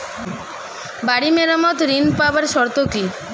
বাড়ি মেরামত ঋন পাবার শর্ত কি?